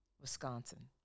Wisconsin